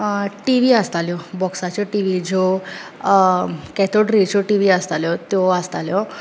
TV आसताल्यो बोक्साच्यो TV ज्यो केटोट्रैच्यो टीवी आसताल्यो त्यो आसताल्यो